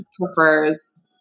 prefers